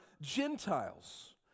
Gentiles